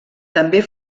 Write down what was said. també